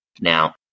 Now